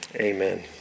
amen